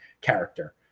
character